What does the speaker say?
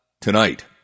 tonight